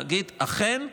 להגיד: אכן,